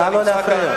נא לא להפריע.